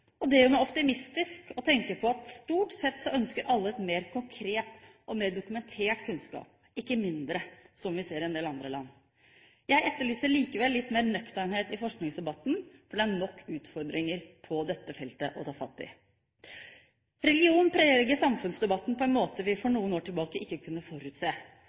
Det gjør meg optimistisk å tenke på at stort sett ønsker alle mer konkret og mer dokumentert kunnskap, ikke mindre, som vi ser i en del andre land. Jeg etterlyser likevel litt mer nøkternhet i forskningsdebatten. Det er nok utfordringer å ta fatt i på dette feltet. Religion preger samfunnsdebatten på en måte vi for noen år tilbake ikke kunne forutse.